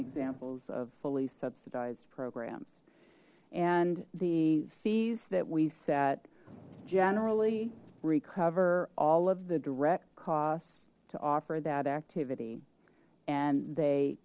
examples of fully subsidized programs and the fees that we set generally recover all of the direct costs to offer that activity and they